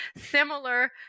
similar